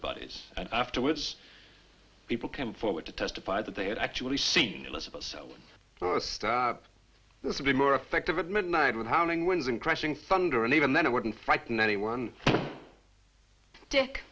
bodies and afterwards people came forward to testify that they had actually seen elizabeth so this would be more effective at midnight with howling winds and crashing thunder and even then it wouldn't frighten anyone dick